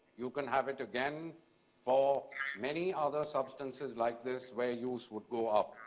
you can have it again for many other substances like this where use would go up.